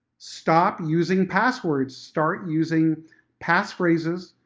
stop using passwords! start using pass phrases,